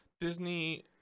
Disney